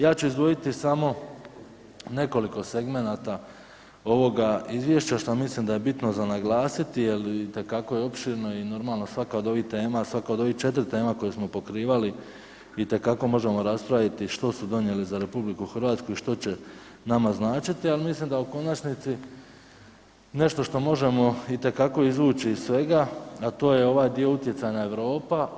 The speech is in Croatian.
Ja ću izdvojiti samo nekoliko segmenata ovoga izvješća što mislim da je bitno za naglasiti jer itekako je opširno i normalno svaka od ovih tema, svaka od ovih 4 koje smo pokrivali itekako možemo raspraviti što su donijeli za RH i što će nama značiti, ali mislim da u konačnici nešto što možemo itekako izvući iz svega, a to je ovaj dio Utjecajna Europa.